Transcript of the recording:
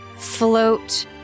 Float